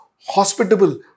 hospitable